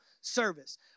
service